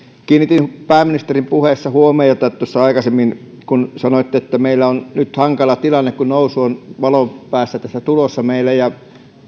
kiinnitin pääministerin puheessa huomiota aikaisemmin siihen kun sanoitte että meillä on nyt hankala tilanne kun nousua valoa on tulossa meille ja